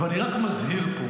ואני רק מזהיר פה,